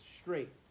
straight